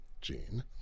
Gene